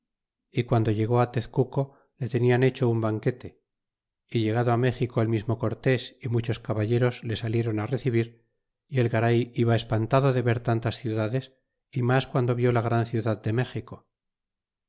y guando llegó á tezcuco le tenian hecho un banquete y llegado á méxico el mismo cor tés y muchos caballeros le saliéron recibir y el garay iba espantado de ver tantas ciudades y mas guando vió la gran ciudad de méxico